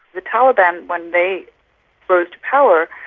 the taliban, when they but power,